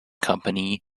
company